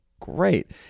great